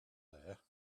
there